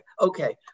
okay